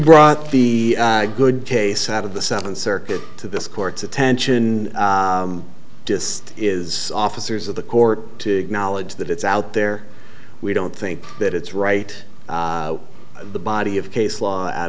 brought the good case out of the seventh circuit to this court's attention just is officers of the court to acknowledge that it's out there we don't think that it's right the body of case law out